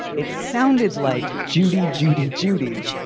it sounded like judy, judy, judy.